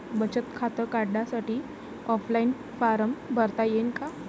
बचत खातं काढासाठी ऑफलाईन फारम भरता येईन का?